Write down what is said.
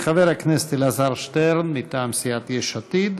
חבר הכנסת אלעזר שטרן, מטעם סיעת יש עתיד.